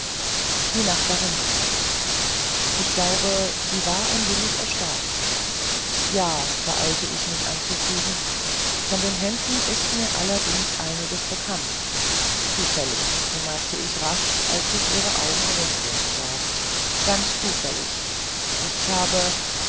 die nachbarin nickte ich glaube sie war ein wenig erstaunt ja beeilte ich mich anzufügen von den händen ist mir allerdings einiges bekannt zufällig bemerkte ich rasch als ich ihre augen rund werden sah ganz zufällig ich habe